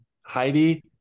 Heidi